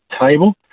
table